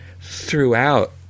throughout